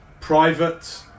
private